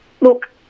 Look